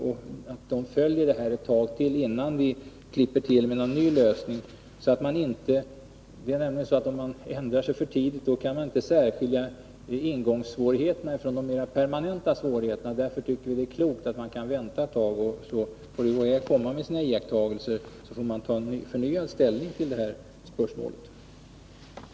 De bör följa övergången ett tag innan vi klipper till med någon ny lösning. Om man ändrar sig för tidigt kan man inte särskilja ingångssvårigheterna från de mer permanenta svårigheterna. Därför tycker vi att det är klokt att vänta ett tag och låta UHÄ komma med sina iakttagelser. Sedan får vi ta förnyad ställning till detta spörsmål.